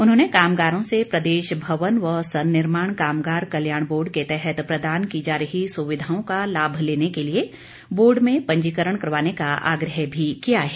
उन्होंने कामगारों से प्रदेश भवन व सन्निर्माण कामगार कल्याण बोर्ड के तहत प्रदान की जा रही सुविधाओं का लाभ लेने के लिए बोर्ड में पंजीकरण करवाने का आग्रह भी किया है